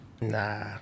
Nah